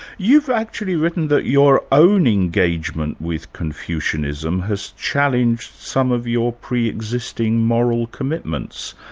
you've actually written that your own engagement with confucianism has challenged some of your pre-existing moral commitments.